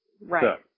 Right